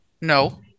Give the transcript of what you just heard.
no